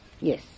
Yes